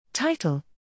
Title